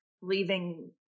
leaving